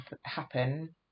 happen